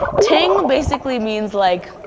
ting basically means like,